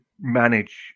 manage